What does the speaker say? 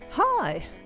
Hi